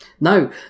No